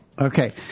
Okay